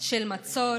של מצור